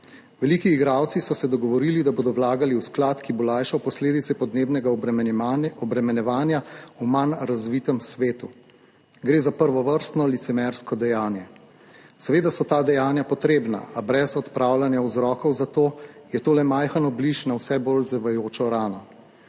Veliki igralci so se dogovorili, da bodo vlagali v sklad, ki bo lajšal posledice podnebnega obremenjevanja v manj razvitem svetu. Gre za prvovrstno licemersko dejanje. Seveda so ta dejanja potrebna, a brez odpravljanja vzrokov za to je to le majhen obliž na vse bolj zevajočo rano.